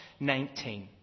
19